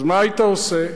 אז, מה היית עושה?